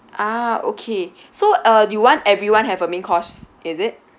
ah okay so uh you want everyone have a main course is it